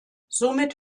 somit